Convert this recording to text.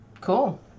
Cool